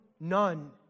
none